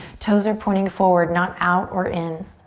toes are pointing forward not out or in.